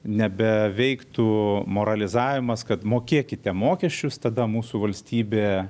nebeveiktų moralizavimas kad mokėkite mokesčius tada mūsų valstybė